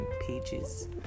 pages